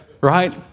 right